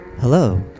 Hello